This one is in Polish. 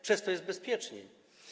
Przez to jest bezpieczniej.